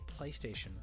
PlayStation